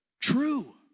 true